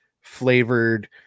flavored